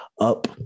up